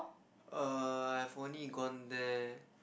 err I have only gone there